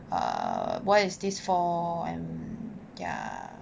err why is this for and ya